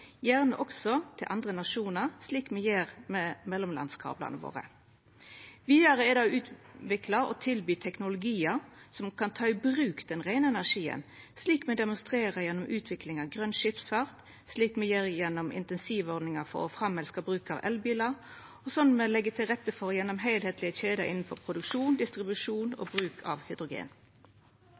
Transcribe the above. gjerne også til andre nasjonar slik me gjer med mellomlandskablane våre. Vidare er det å utvikla og tilby teknologiar som kan ta i bruk den reine energien, slik me demonstrerer gjennom utvikling av grøn skipsfart, slik me gjer gjennom insentivordningar for å framelska bruk av elbilar, og slik me legg til rette for heilskaplege kjeder innan produksjon, distribusjon og bruk av hydrogen.